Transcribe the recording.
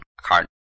card